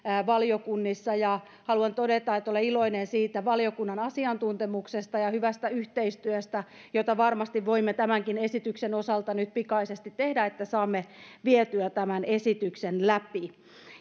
valiokunnissa haluan todeta että olen iloinen siitä valiokunnan asiantuntemuksesta ja hyvästä yhteistyöstä jota varmasti voimme tämänkin esityksen osalta nyt pikaisesti tehdä että saamme vietyä tämän esityksen läpi